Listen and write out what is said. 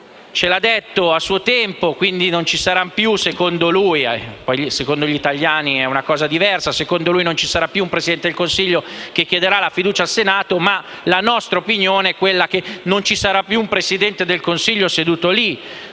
Ce lo ha detto a suo tempo: quindi secondo lui - se sarà così secondo gli italiani, è una cosa diversa - non ci sarà più un Presidente del Consiglio che chiederà la fiducia al Senato. La nostra opinione, però, è che non ci sarà più un Presidente del Consiglio seduto lì,